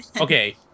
okay